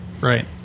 right